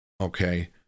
Okay